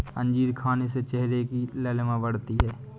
अंजीर खाने से चेहरे की लालिमा बढ़ती है